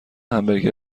همبرگر